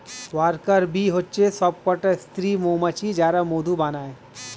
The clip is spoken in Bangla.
ওয়ার্কার বী হচ্ছে সবকটা স্ত্রী মৌমাছি যারা মধু বানায়